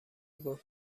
گفت